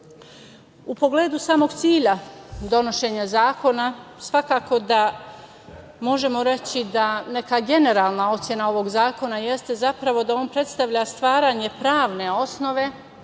pogledu samog cilja donošenja zakona svakako da možemo reći da neka generalna ocena ovog zakona jeste zapravo da on predstavlja stvaranje pravne osnove